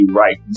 right